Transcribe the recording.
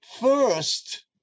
first